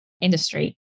industry